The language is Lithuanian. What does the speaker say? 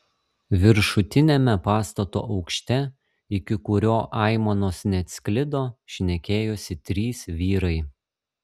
viršutiniame pastato aukšte iki kurio aimanos neatsklido šnekėjosi trys vyrai